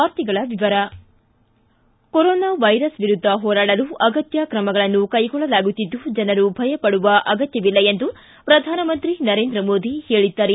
ವಾರ್ತೆಗಳ ವಿವರ corona virus ವಿರುದ್ಧ ಹೋರಾಡಲು ಅಗತ್ಯ ತ್ರಮಗಳನ್ನು ಕೈಗೊಳ್ಳಲಾಗುತ್ತಿದ್ದು ಜನರು ಭಯ ಪಡುವ ಅಗತ್ಯವಿಲ್ಲ ಎಂದು ಪ್ರಧಾನಮಂತ್ರಿ ನರೇಂದ್ರ ಮೋದಿ ಹೇಳಿದ್ದಾರೆ